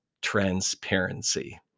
transparency